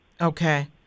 Okay